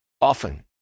often